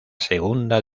segunda